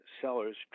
sellers